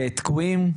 תקועים.